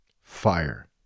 Fire